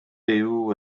byw